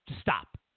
Stop